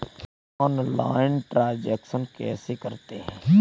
Online transaction कैसे करते हैं?